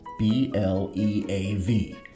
BLEAV